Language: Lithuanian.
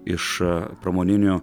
iš a pramoninių